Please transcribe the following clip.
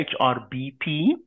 HRBP